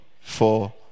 four